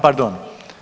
Pardon.